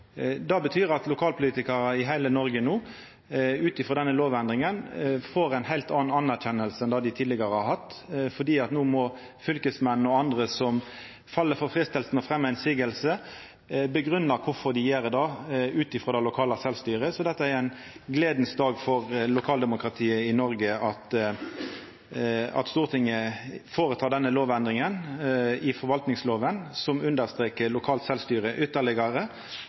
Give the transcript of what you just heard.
betyr at lokalpolitikarar i heile Noreg no ut frå denne lovendringa får ei heilt anna anerkjenning enn det dei har hatt tidlegare, for no må fylkesmannen og andre som fell for freistinga til å fremja motsegn, grunngje kvifor dei gjer det ut frå det lokale sjølvstyret. Så det er ein dag å gle seg over for lokaldemokratiet i Noreg når Stortinget føretek denne endringa i forvaltningslova, som understrekar lokalt